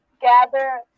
gather